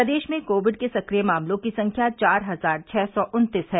प्रदेश में कोविड के सक्रिय मामलों की संख्या चार हजार छ सौ उन्तीस है